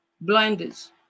Blinders